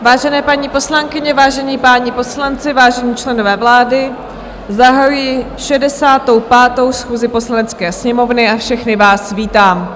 Vážené paní poslankyně, vážení páni poslanci, vážení členové vlády, zahajuji 65. schůzi Poslanecké sněmovny a všechny vás vítám.